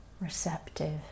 receptive